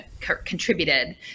contributed